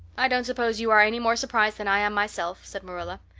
i don't suppose you are any more surprised than i am myself, said marilla.